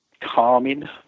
calming